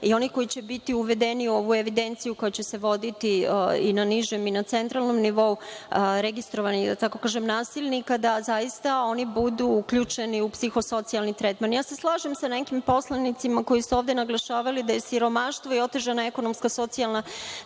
i oni koji će biti uvedeni u ovu evidenciju koja će se voditi i na nižem i na centralnom nivou registrovanih nasilnika, da zaista oni budu uključeni u psiho-socijalni tretman. Slažem se sa nekim poslanicima koji su ovde naglašavali da je siromaštvo i otežana ekonomska i socijalna